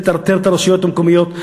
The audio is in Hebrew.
זה מטרטר את הרשויות המקומיות.